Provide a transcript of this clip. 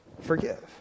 forgive